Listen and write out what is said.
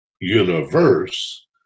universe